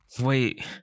Wait